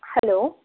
hello